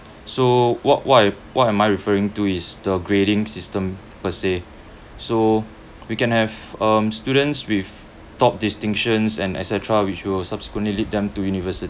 so what what I what am I referring to is the grading system per se so we can have um students with top distinctions and etcetera which will subsequently lead them to university